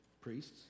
priests